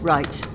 Right